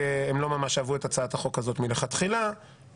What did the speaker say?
ולכן